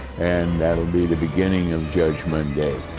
and that'll be the beginning of judgment day.